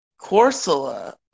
Corsola